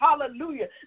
hallelujah